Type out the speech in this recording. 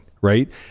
right